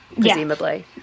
presumably